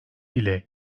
ile